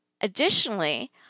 Additionally